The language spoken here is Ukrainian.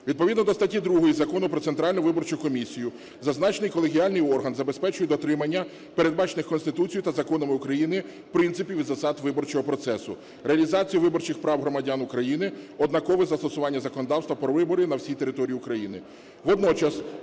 Відповідно до статті 2 Закону "Про Центральну виборчу комісію" зазначений колегіальний орган забезпечує дотримання передбачених Конституцією та законами України принципів і засад виборчого процесу, реалізацію виборчих прав громадян України, однакове застосування законодавства про вибори на всій території України.